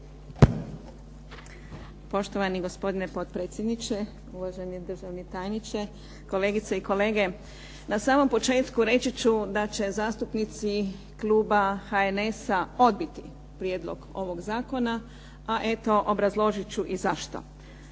Poštovani gospodine potpredsjedniče. Uvaženi državni tajniče, kolegice i kolege. Na samom početku reći ću da će zastupnici kluba HNS-a odbiti prijedlog ovog zakona, a eto obrazložit ću i zašto.